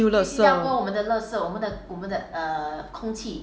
丢了色